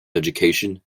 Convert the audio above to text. education